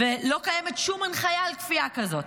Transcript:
ולא קיימת שום הנחייה לכפייה כזאת.